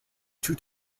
two